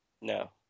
No